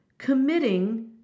committing